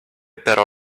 però